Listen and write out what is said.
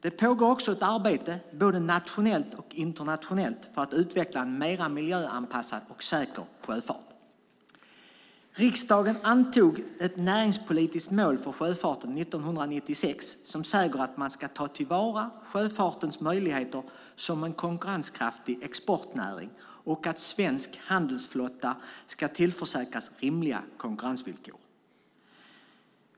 Det pågår också ett arbete, både nationellt och internationellt, för att utveckla en mer miljöanpassad och säker sjöfart. Riksdagen antog ett näringspolitiskt mål för sjöfarten 1996 som säger att man ska ta till vara sjöfartens möjligheter som en konkurrenskraftig exportnäring och att svensk handelsflotta ska tillförsäkras rimliga konkurrensvillkor.